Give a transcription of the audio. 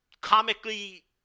comically